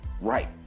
right